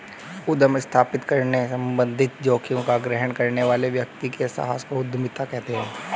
उद्यम स्थापित करने संबंधित जोखिम का ग्रहण करने वाले व्यक्ति के साहस को उद्यमिता कहते हैं